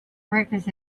breakfast